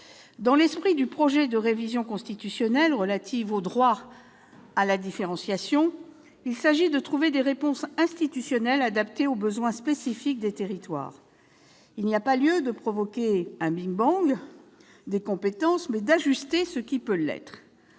Dans l'esprit du projet de révision constitutionnelle relative au droit à la différenciation, il s'agit de trouver des réponses institutionnelles adaptées aux besoins spécifiques des territoires. Il y a lieu non pas de provoquer un des compétences, mais d'ajuster ce qui peut l'être.